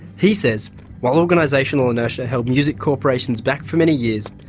he says while organisational inertia held music corporations back for many years,